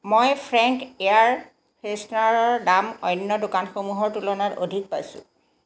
মই French air ফ্ৰেছনাৰৰ দাম অন্য দোকানসমূহৰ তুলনাত অধিক পাইছোঁ